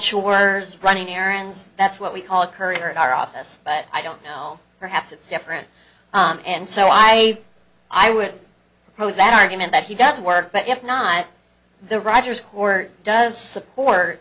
sure's running errands that's what we call a courier at our office but i don't know perhaps it's different and so i i would pose that argument that he does work but if not the rogers core does support